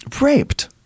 Raped